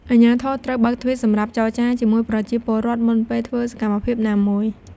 អាជ្ញាធរត្រូវបើកទ្វារសម្រាប់ចរចាជាមួយប្រជាពលរដ្ឋមុនពេលធ្វើសកម្មភាពណាមួយ។